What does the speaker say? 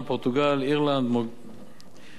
אירלנד ועוד.